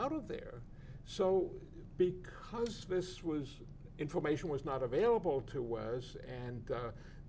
out of there so because this was information was not available to was and